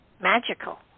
magical